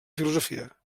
filosofia